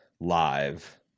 live